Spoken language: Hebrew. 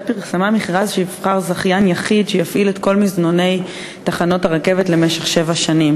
תודה, אדוני היושב-ראש.